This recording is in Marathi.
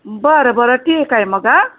बरं बरं ठीक आहे मग